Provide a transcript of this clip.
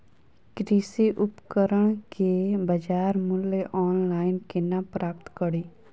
कृषि उपकरण केँ बजार मूल्य ऑनलाइन केना प्राप्त कड़ी?